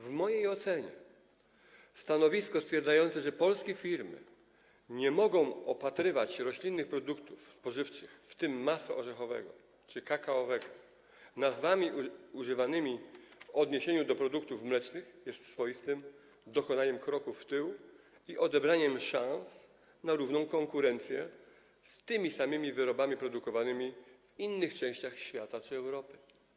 W mojej ocenie stanowisko stwierdzające, że polskie firmy nie mogą opatrywać roślinnych produktów spożywczych, w tym masła orzechowego czy kakaowego, nazwami używanymi w odniesieniu do produktów mlecznych, jest swoistym dokonaniem kroku w tył i odebraniem szans na równą konkurencję z tymi samymi wyrobami produkowanymi w innych częściach świata czy Europy.